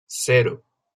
cero